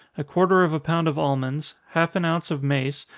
a quarter of a pound of almonds, half an ounce of mace,